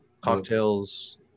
cocktails